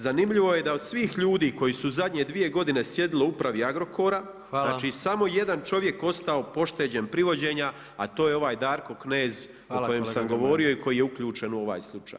Zanimljivo je da od svih ljudi koji su zadnje 2 godine sjedili u upravi Agrokora, znači samo jedan čovjek ostao pošteđen privođenja a to je ovaj Darko Knez o kojem sam govorio i koji je uključen u ovaj slučaj.